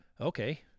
okay